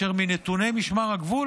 ומנתוני משמר הגבול,